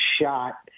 shot